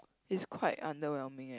it's quite underwhelming eh